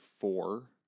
four